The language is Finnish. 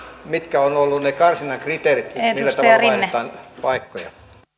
mitkä ovat olleet ne karsinnan kriteerit millä tavalla vaihdetaan paikkoja